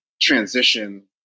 transition